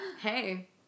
hey